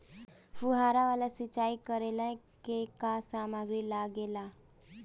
फ़ुहारा वाला सिचाई करे लर का का समाग्री लागे ला?